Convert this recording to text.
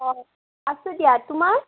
অঁ আছোঁ দিয়া তোমাৰ